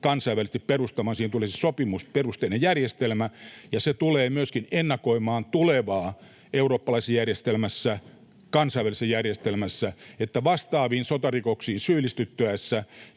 kansainvälisesti perustamaan. Siihen tulee siis sopimusperusteinen järjestelmä, ja se tulee myöskin ennakoimaan tulevaa eurooppalaisessa järjestelmässä, kansainvälisessä järjestelmässä, että vastaaviin sotarikoksiin syyllistyttäessä